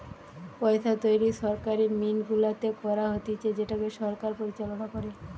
পইসা তৈরী সরকারি মিন্ট গুলাতে করা হতিছে যেটাকে সরকার পরিচালনা করে